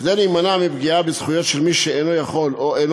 כדי להימנע מפגיעה בזכויות של מי שאינו יכול או אינו